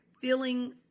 feeling